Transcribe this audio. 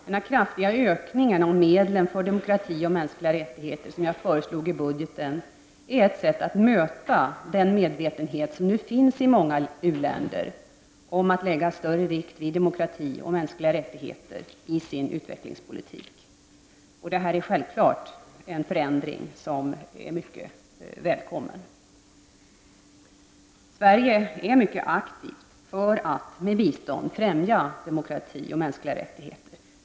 Den kraftiga ökningen av medlen för demokrati och mänskliga rättigheter som jag föreslog i budgeten är ett sätt att möta den medvetenhet som nu finns i många u-länder om betydelsen av att lägga större vikt vid demokrati och mänskliga rättigheter i sin utvecklingspolitik. Denna förändring är självfallet mycket välkommen. Sverige är mycket aktivt för att med bistånd främja demokrati och de mänskliga rättigheterna.